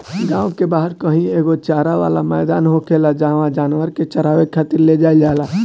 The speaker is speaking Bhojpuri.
गांव के बाहरा कही एगो चारा वाला मैदान होखेला जाहवा जानवर के चारावे खातिर ले जाईल जाला